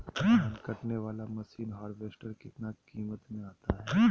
धान कटने बाला मसीन हार्बेस्टार कितना किमत में आता है?